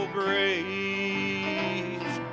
grace